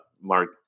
mark